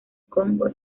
congo